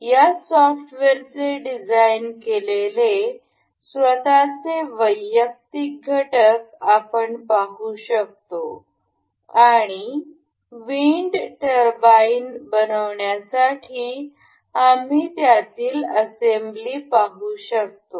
या सॉफ्टवेअरचे डिझाइन केलेले स्वतःचे वैयक्तिक घटक आपण पाहु शकतो आणि विंड टर्बाइन बनवण्यासाठी आम्ही त्यातील असेंब्ली पाहू शकतो